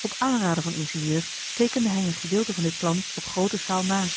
op aanraden van den ingenieur teekende hij een gedeelte van dit plan op groote schaal na